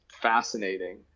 fascinating